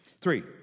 Three